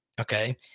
okay